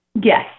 Yes